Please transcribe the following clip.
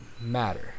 matter